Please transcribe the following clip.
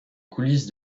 coulisses